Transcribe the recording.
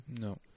No